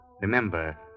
Remember